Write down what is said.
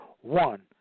one